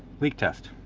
leak test